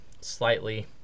slightly